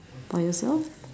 for yourself